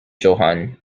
johann